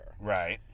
Right